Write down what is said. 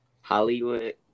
Hollywood